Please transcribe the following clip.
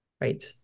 right